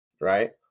Right